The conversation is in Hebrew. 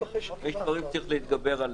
יש דברים שצריך להתגבר עליהם.